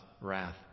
wrath